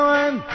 one